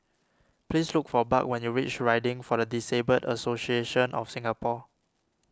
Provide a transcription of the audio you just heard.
please look for Buck when you reach Riding for the Disabled Association of Singapore